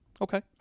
Okay